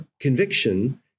conviction